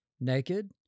naked